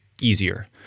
easier